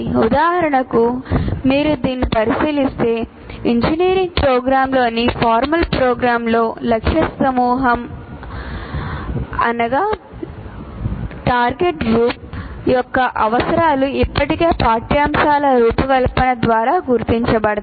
ఉదాహరణకు మీరు దీనిని పరిశీలిస్తే ఇంజనీరింగ్ ప్రోగ్రామ్లోని ఫార్మల్ ప్రోగ్రామ్లో లక్ష్య సమూహం యొక్క అవసరాలు ఇప్పటికే పాఠ్యాంశాల రూపకల్పన ద్వారా గుర్తించబడతాయి